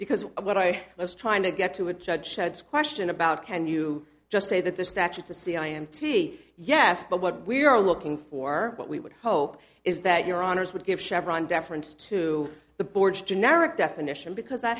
because what i was trying to get to a judge sheds question about can you just say that the statutes a c i m t yes but what we are looking for what we would hope is that your honors would give chevron deference to the board's generic definition because